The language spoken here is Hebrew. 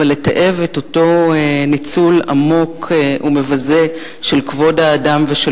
אבל לתעב את אותו ניצול עמוק ומבזה של כבוד האדם ושל